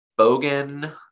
Bogan